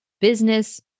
business